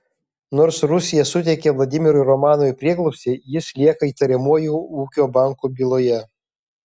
nors rusija suteikė vladimirui romanovui prieglobstį jis lieka įtariamuoju ūkio banko byloje